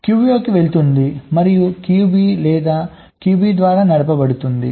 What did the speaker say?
QA కి వెళుతుంది మరియు QB లేదా QB ద్వారా నడపబడుతుంది